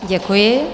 Děkuji.